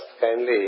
kindly